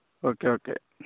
okay okay